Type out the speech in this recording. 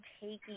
taking